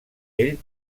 ell